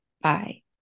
Bye